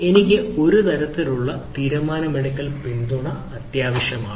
എനിക്ക് ഒരു തരത്തിലുള്ള തീരുമാനമെടുക്കൽ പിന്തുണ ആവശ്യമാണ്